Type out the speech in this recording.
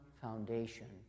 foundation